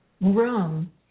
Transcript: room